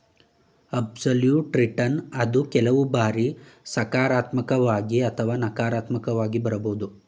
absolute return ಅದು ಕೆಲವು ಬಾರಿ ಸಕಾರಾತ್ಮಕವಾಗಿ ಅಥವಾ ನಕಾರಾತ್ಮಕವಾಗಿ ಬರಬಹುದು